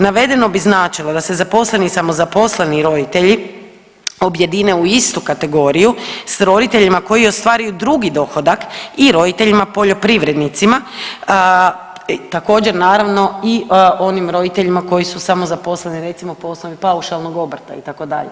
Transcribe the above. Navedeno bi značilo da se zaposleni i samozaposleni roditelji objedine u istu kategoriju s roditeljima koji ostvaruju drugi dohodak i roditeljima poljoprivrednicima također naravno i onim roditeljima koji su samozaposleni recimo po osnovi paušalnog obrta itd.